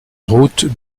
route